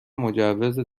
مجوز